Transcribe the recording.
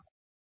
professor